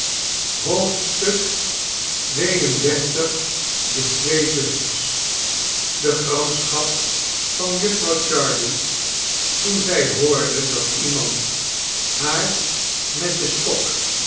xxxii de twee zusters de gramschap van jufvrouw jarley toen zij hoorde dat iemand haar met den stok